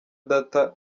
data